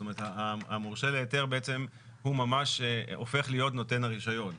זאת אומרת, המורשה להיתר הופך להיות נותן הרישיון,